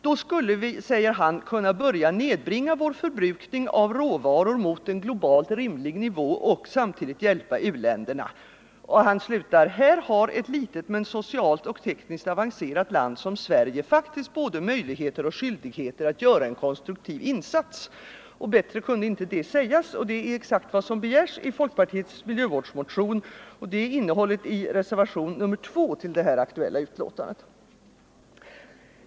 ”Då skulle vi”, fortsätter professor Eriksson, ”kunna börja nedbringa vår förbrukning av råvaror mot en globalt rimlig nivå” och samtidigt hjälpa u-länderna. Han slutar: ”Där har ett litet men socialt och tekniskt avancerat land som Sverige faktiskt både möjligheter och skyldigheter att göra en konstruktiv insats!” Bättre kunde det inte sägas. Detta är exakt vad som begärs i folkpartiets miljövårdsmotion, och det är också innehållet i reservationen 2 till det aktuella betänkandet.